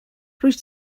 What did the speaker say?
rwyt